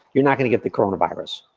you're not gonna get the corona virus.